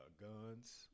guns